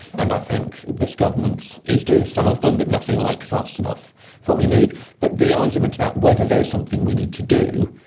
and i think this government is doing some of them, but nothing like fast enough for what we need. but the argument about whether there is something we need to do,